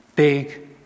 Big